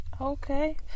Okay